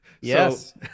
Yes